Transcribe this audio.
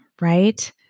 right